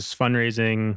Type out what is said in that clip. fundraising